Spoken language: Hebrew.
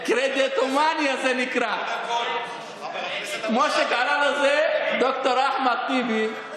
קרדיטומניה זה נקרא, כמו שקרא לזה ד"ר אחמד טיבי,